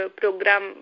program